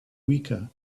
weaker